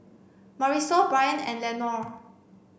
Marisol Bryant and Lenore